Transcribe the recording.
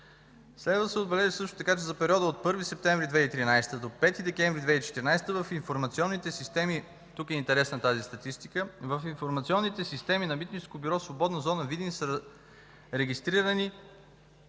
Следва да се отбележи също така, че за периода от 1 септември 2013 г. до 5 декември 2014 г. в информационните системи – тук е интересна тази статистика, в информационните системи на Митническо бюро „Свободна зона – Видин” са регистрирани